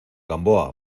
gamboa